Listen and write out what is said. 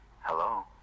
Hello